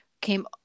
came